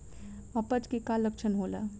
अपच के का लक्षण होला?